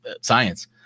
science